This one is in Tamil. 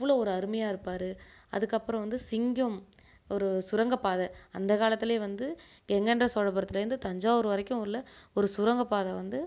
அவ்வளோ ஒரு அருமையாக இருப்பார் அதுக்கப்புறம் வந்து சிங்கம் ஒரு சுரங்கப்பாதை அந்த காலத்தில் வந்து கங்கை கொண்ட சோழபுரத்துலேருந்து தஞ்சாவூர் வரைக்கும் உள்ள ஒரு சுரங்கப்பாதை வந்து